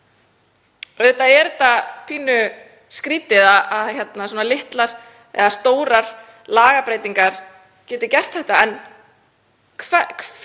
Auðvitað er pínu skrýtið að litlar eða stórar lagabreytingar geti gert þetta en hver